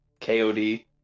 KOD